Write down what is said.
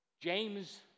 James